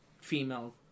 female